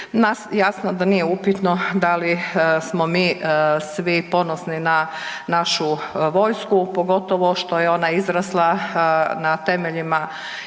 jasno da nije upitno da li smo mi svi ponosni na našu vojsku pogotovo što je ona izrasla na temeljima i iz